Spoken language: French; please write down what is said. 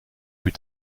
plus